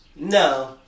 no